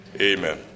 Amen